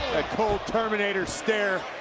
cold terminator stare.